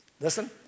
listen